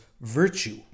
virtue